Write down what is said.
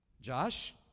Josh